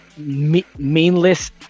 meanless